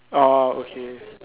orh okay